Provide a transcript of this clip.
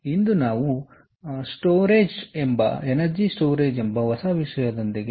ಆದ್ದರಿಂದ ಇಂದು ನಾವು ಏನು ಮಾಡಬೇಕೆಂದರೆ ನಾವು ಹೊಸ ವಿಷಯದೊಂದಿಗೆ ಪ್ರಾರಂಭಿಸಲಿದ್ದೇವೆ ಅದು ಎನರ್ಜಿ ಸ್ಟೋರೇಜ್ನಲ್ಲಿದೆ